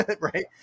Right